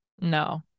No